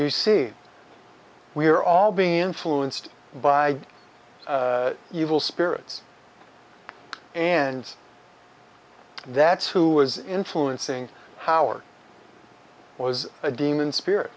you see we're all being influenced by evil spirits and that's who was influencing power or was a demon spirit